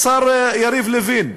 השר יריב לוין,